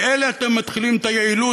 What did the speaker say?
באלה אתם מתחילים את היעילות?